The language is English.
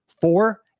four